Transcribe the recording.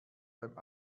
beim